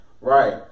right